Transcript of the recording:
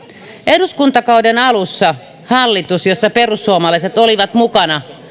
eduskuntakauden alussa hallitus jossa perussuomalaiset olivat mukana